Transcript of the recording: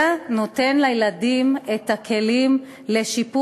אלא טיפול שנותן לילדים את הכלים לשיפור